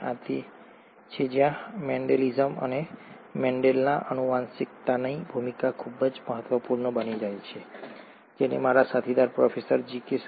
અને આ તે છે જ્યાં મેન્ડેલિઝમ અને મેન્ડેલના આનુવંશિકતાની ભૂમિકા ખૂબ જ મહત્વપૂર્ણ બની જાય છે જેને મારા સાથીદાર પ્રોફેસર જી